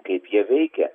kaip jie veikia